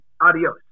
adios